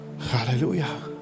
Hallelujah